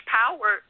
power